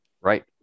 right